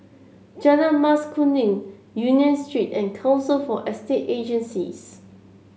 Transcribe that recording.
Jalan Mas Kuning Union Street and Council for Estate Agencies